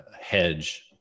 hedge